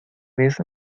vez